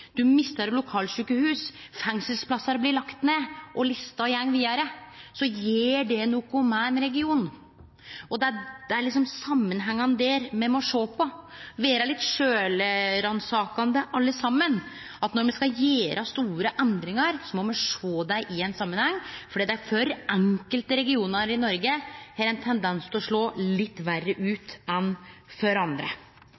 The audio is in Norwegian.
mistar lokalsjukehus, fengselsplassar blir lagde ned og lista går vidare, så gjer det noko med ein region, og det er samanhengen der me må sjå på, vere litt sjølvransakande alle saman, at når me skal gjere store endringar, så må me sjå dei i ein samanheng, for det har for enkelte regionar i Noreg ein tendens til å slå litt verre